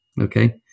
Okay